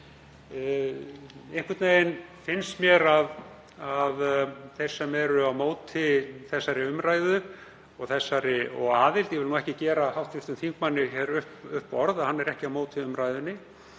Einhvern veginn finnst mér að þeim sem eru á móti þessari umræðu og þessari aðild — ég vil ekki gera hv. þingmanni upp orð, hann er ekki á móti umræðunni